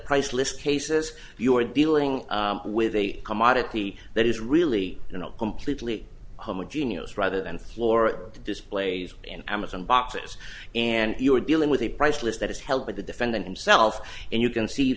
priceless cases you're dealing with a commodity that is really you know completely homogeneous rather than floor displays and amazon boxes and you are dealing with a price list that is held by the defendant himself and you can see